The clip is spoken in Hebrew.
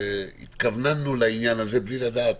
התכווננו לעניין הזה בלי לדעת